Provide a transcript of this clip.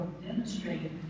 demonstrated